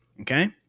okay